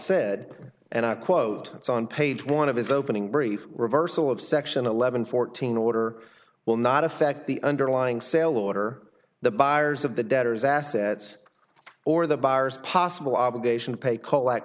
said and i quote it's on page one of his opening brief reversal of section eleven fourteen order will not affect the underlying sale order the buyers of the debtors assets or the bars possible obligation to pay